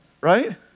Right